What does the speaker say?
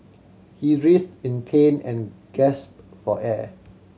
he writhed in pain and gasped for air